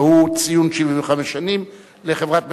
והוא ציון 75 שנים לחברת "מקורות".